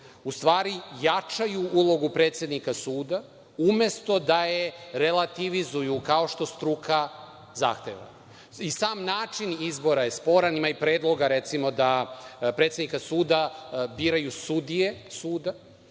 u stvari jačaju ulogu predsednika suda umesto da je relativizuju kao što struka zahteva. Sam način izbora je sporan. Ima predloga, recimo, da predsednika suda biraju sudije suda